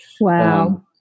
Wow